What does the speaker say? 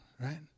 right